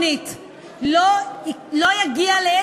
חברי וחברות הכנסת,